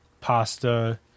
Pasta